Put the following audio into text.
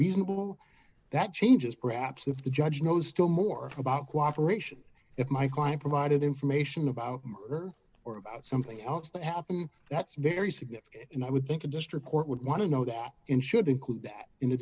reasonable that changes perhaps if the judge knows still more about cooperation if my client provided information about her or about something else that happened that's very significant and i would think a district court would want to know that and should include that in